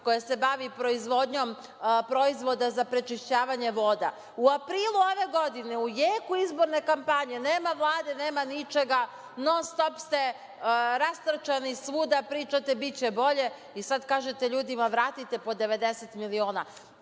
koje se bavi proizvodnjom proizvoda za prečišćavanje voda. U aprilu ove godine u jeku izborne kampanje, nema Vlade, nema ničega, non-stop ste rastrčani svuda, pričate biće bolje i sada kažete ljudima – vratite po 90 miliona.